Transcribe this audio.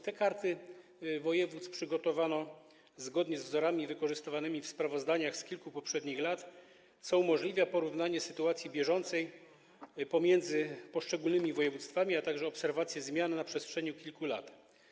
Te karty województw przygotowano zgodnie z wzorami wykorzystywanymi w sprawozdaniach z kilku poprzednich lat, co umożliwia porównanie sytuacji bieżącej poszczególnych województw, a także obserwację zmian na przestrzeni kilku lat.